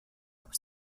rock